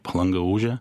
palanga ūžia